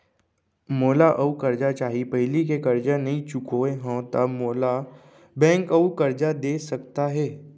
मोला अऊ करजा चाही पहिली के करजा नई चुकोय हव त मोल ला बैंक अऊ करजा दे सकता हे?